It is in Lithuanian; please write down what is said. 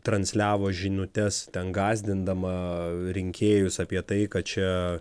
transliavo žinutes ten gąsdindama rinkėjus apie tai kad čia